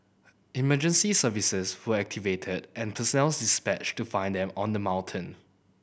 emergency services were activated and personnel dispatched to find them on the mountain